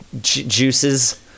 juices